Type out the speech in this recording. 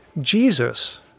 Jesus